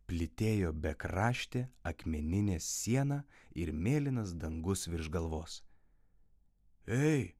plytėjo bekraštė akmeninė siena ir mėlynas dangus virš galvos ei